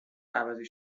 عوضی